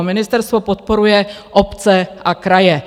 Ministerstvo podporuje obce a kraje.